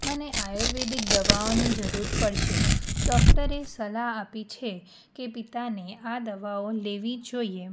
મને આયુર્વેદિક દવાઓની જરૂર પડશે ડોક્ટરે સલાહ આપી છે કે પિતાને આ દવાઓ લેવી જોઈએ